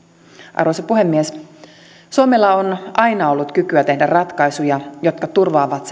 arvoisa puhemies suomella on aina ollut kykyä tehdä ratkaisuja jotka turvaavat